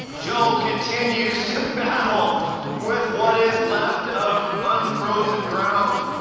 joe continues to battle with what is left of unfrozen ground.